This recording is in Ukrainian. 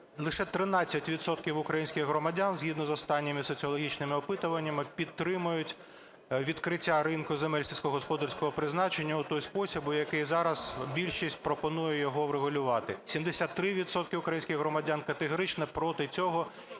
відсотків українських громадян, згідно з останніми соціологічними опитуваннями підтримують відкриття ринку земель сільськогосподарського призначення у той спосіб, у який зараз більшість пропонує його врегулювати. 73 відсотки українських громадян категорично проти цього